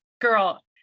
girl